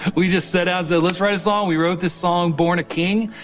we just set out so let's write a song. we wrote this song, born a king.